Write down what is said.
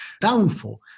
downfall